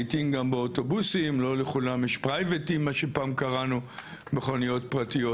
לעיתים גם באוטובוסים ולא לכולם יש מכוניות פרטיות.